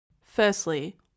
Firstly